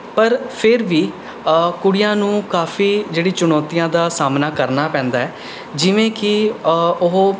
ਪਰ ਫੇਰ ਵੀ ਕੁੜੀਆਂ ਨੂੰ ਕਾਫ਼ੀ ਜਿਹੜੀ ਚੁਣੌਤੀਆਂ ਦਾ ਸਾਹਮਣਾ ਕਰਨਾ ਪੈਂਦਾ ਹੈ ਜਿਵੇਂ ਕਿ ਉਹ